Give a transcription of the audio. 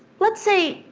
let's say,